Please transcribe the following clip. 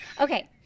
Okay